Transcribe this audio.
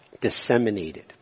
disseminated